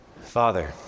Father